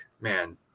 man